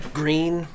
green